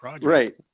right